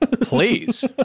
Please